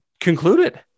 concluded